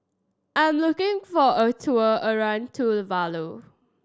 I'm looking for a tour around Tuvalu